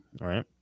right